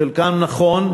חלק נכון,